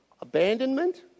abandonment